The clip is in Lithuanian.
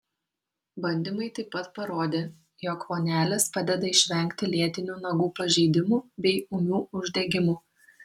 bandymai taip pat parodė jog vonelės padeda išvengti lėtinių nagų pažeidimų bei ūmių uždegimų